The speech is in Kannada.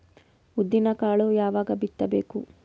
ಉದ್ದಿನಕಾಳು ಯಾವಾಗ ಬಿತ್ತು ಬೇಕು?